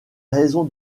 raisons